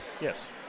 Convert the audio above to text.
Yes